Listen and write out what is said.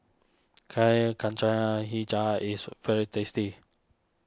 Kuih Kacang HiJau is very tasty